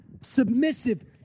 submissive